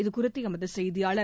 இதுகுறித்துமதுசெய்தியாளர்